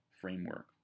framework